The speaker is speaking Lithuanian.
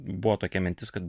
buvo tokia mintis kad